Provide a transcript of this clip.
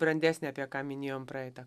brandesnį apie ką minėjom praeitą